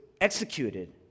executed